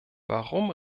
warum